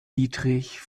diedrich